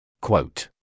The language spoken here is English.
Quote